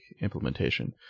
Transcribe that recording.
implementation